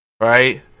right